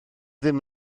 ddim